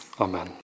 Amen